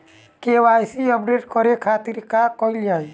KYC update करे के खातिर का कइल जाइ?